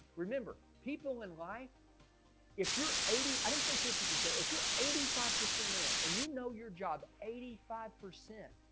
remember people in life if you're eighty, i didn't say fifty percent if you're eighty five percent in and you know your job eighty five percent